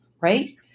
right